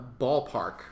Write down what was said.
ballpark